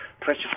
pressure